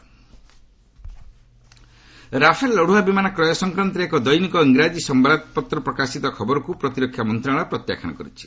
defence Rafale Rafale ଲଢୁଆ ବିମାନ କ୍ୟ ସଂକ୍ନାନ୍ତରେ ଏକ ଦୈନିକ ଇରାଜୀ ସମ୍ଭାଦପତ୍ର ପ୍ରକାଶିତ ଖବରକୁ ପ୍ରତିରକ୍ଷା ମନ୍ତ୍ରଣାଳୟ ପ୍ରତ୍ୟାଖ୍ୟାନ କରିଛି